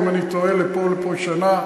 אם אני טועה לפה או לפה שנה.